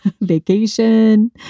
vacation